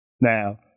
Now